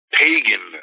pagan